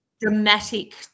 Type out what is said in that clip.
dramatic